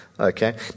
Okay